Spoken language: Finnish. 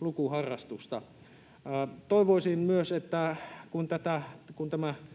lukuharrastusta. Toivoisin myös, että kun tämä